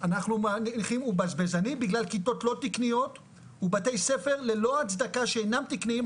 הוא בזבזני בגלל כיתות לא תקניות ובתי ספר ללא הצדקה שאינם תקניים,